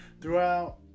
throughout